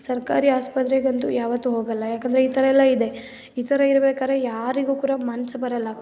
ಸರ್ಕಾರಿ ಆಸ್ಪತ್ರೆಗಂತು ಯಾವತ್ತೂ ಹೋಗೋಲ್ಲ ಯಾಕಂದರೆ ಈ ಥರಯೆಲ್ಲ ಇದೆ ಈ ಥರ ಇರಬೇಕಾದ್ರೆ ಯಾರಿಗೂ ಕೂಡ ಮನಸ್ಸು ಬರೋಲ್ಲ